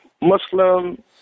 Muslim